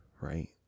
right